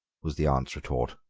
was the aunt's retort.